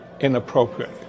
inappropriate